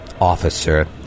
officer